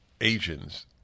Asians